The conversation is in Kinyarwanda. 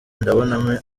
ndabona